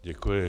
Děkuji.